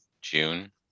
June